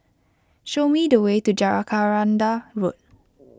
show me the way to Road